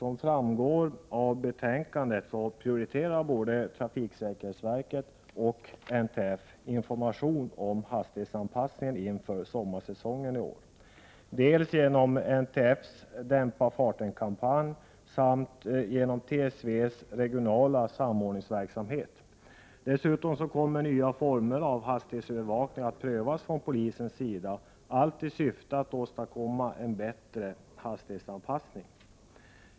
Som framgår av betänkandet, prioriterar både trafiksäkerhetsverket och NTF information om hastighetsanpassningen inför sommarsäsongen i år, dels genom NTF:s ”dämpa farten”-kampanj, dels genom TSV:s regionala samordningsverksamhet. Dessutom kommer nya former av hastighetsövervakning att prövas från polisens sida, allt i syfte att åstadkomma en bättre hastighetsanpassning.